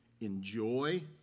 enjoy